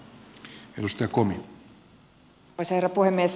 arvoisa herra puhemies